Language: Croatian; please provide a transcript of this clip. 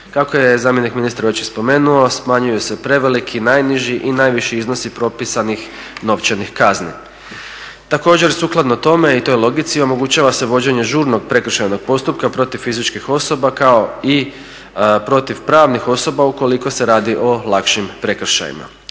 kako je zamjenik ministra već i spomenuo smanjuju se preveliki, najniži i najviši iznosi propisanih novčanih kazni. Također sukladno tome i toj logici omogućava se vođenje žurnog prekršajnog postupka protiv fizičkih osoba kao i protiv pravnih osoba ukoliko se radi o lakšim prekršajima.